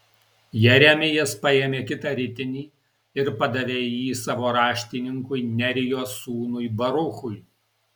jeremijas paėmė kitą ritinį ir padavė jį savo raštininkui nerijos sūnui baruchui